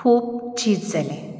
खूब चीज जालें